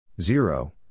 Zero